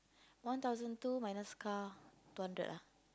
one thousand two minus car two hundred ah